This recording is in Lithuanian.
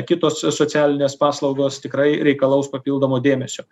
kitos socialinės paslaugos tikrai reikalaus papildomo dėmesio